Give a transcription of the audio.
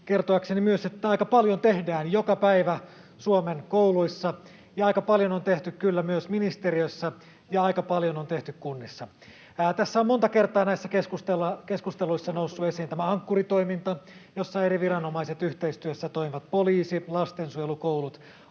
kertoakseni myös, että aika paljon tehdään joka päivä Suomen kouluissa, ja aika paljon on tehty kyllä myös ministeriössä ja aika paljon on tehty kunnissa. Tässä on monta kertaa näissä keskusteluissa noussut esiin tämä Ankkuri-toiminta, jossa eri viranomaiset toimivat yhteistyössä: poliisi, lastensuojelu, koulut.